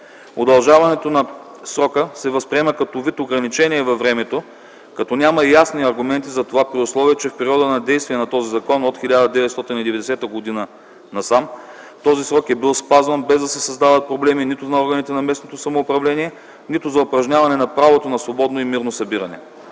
Удължаването на срока се възприема също като вид ограничение във времето, като няма ясни аргументи за това, при условие че в периода на действие на този закон от 1990 г. този срок е бил спазван, без да се създават проблеми нито за органите на местното самоуправление, нито за упражняване на правото на свободно и мирно събиране.